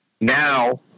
Now